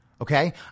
Okay